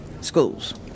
schools